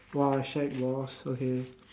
!wah! shag balls okay